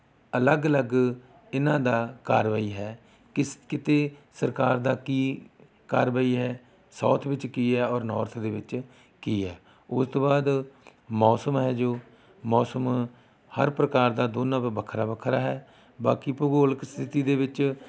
ਅਲੱਗ ਅਲੱਗ ਇਹਨਾਂ ਦਾ ਕਾਰਵਾਈ ਹੈ ਕਿਸ ਕਿਤੇ ਸਰਕਾਰ ਦਾ ਕੀ ਕਾਰਵਾਈ ਹੈ ਸਾਊਥ ਵਿੱਚ ਕੀ ਹੈ ਔਰ ਨੌਰਥ ਦੇ ਵਿੱਚ ਕੀ ਹੈ ਉਸ ਤੋਂ ਬਾਅਦ ਮੌਸਮ ਹੈ ਜੋ ਮੌਸਮ ਹਰ ਪ੍ਰਕਾਰ ਦਾ ਦੋਨਾਂ ਦਾ ਵੱਖਰਾ ਵੱਖਰਾ ਹੈ ਬਾਕੀ ਭੂਗੋਲਿਕ ਸਥਿਤੀ ਦੇ ਵਿੱਚ